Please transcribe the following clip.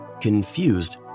Confused